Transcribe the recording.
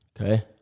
Okay